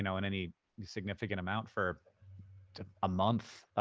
and in any significant amount for a month.